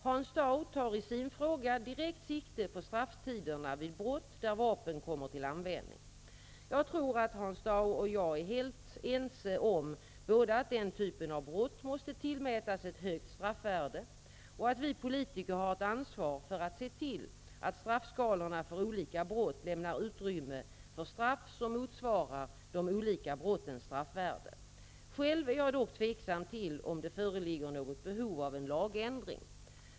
Hans Dau tar i sin fråga direkt sikte på strafftiderna vid brott där vapen kommer till användning. Jag tror att Hans Dau och jag är helt ense om både att den typen av brott måste tillmätas ett högt straffvärde och att vi politiker har ett ansvar för att se till att straffskalorna för olika brott lämnar utrymme för straff som motsvarar de olika brottens straffvärde. Själv är jag dock inte säker på att det föreligger något behov av en lagändring.